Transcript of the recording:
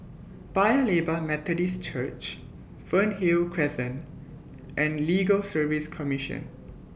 Paya Lebar Methodist Church Fernhill Crescent and Legal Service Commission